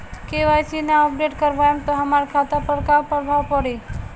KYC ना update करवाएम त हमार खाता पर का प्रभाव पड़ी?